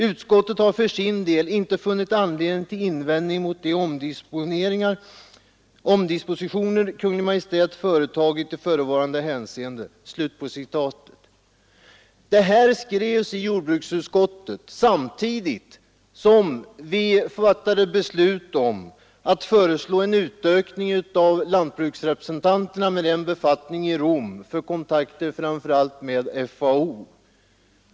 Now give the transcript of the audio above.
Utskottet har för sin del inte funnit anledning till invändning mot de omdispositioner Kungl. Maj:t företagit i förevarande hänseende.” Detta skrevs i jordbruksutskottet samtidigt som vi fattade beslut om att föreslå en utökning av lantbruksrepresentanterna med en befattning i Rom för kontakter framför allt med FAO.